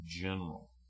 general